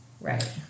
Right